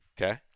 Okay